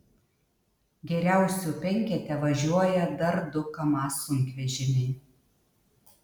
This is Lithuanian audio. geriausių penkete važiuoja dar du kamaz sunkvežimiai